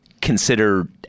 consider